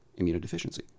immunodeficiency